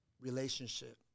relationship